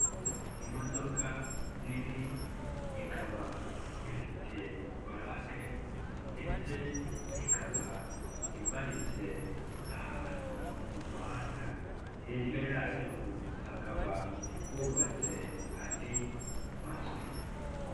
Imodoka nini, ikaba ifite pulake ndetse ikaba iparitse ahantu mu muhanda, hirya yayo hakaba hubatse andi mazu.